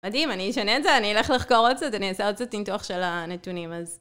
מדהים, אני אשנה את זה, אני אלך לחקור עוד קצת, אני אעשה עוד קצת ניתוח של הנתונים, אז...